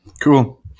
Cool